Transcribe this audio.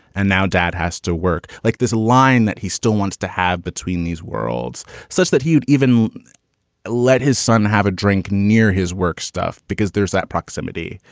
and now dad has to work like this. a line that he still wants to have between these worlds says that he would even let his son have a drink near his work stuff because there's that proximity.